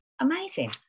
Amazing